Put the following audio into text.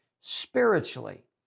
spiritually